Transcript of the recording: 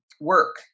work